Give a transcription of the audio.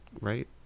right